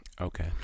okay